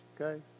okay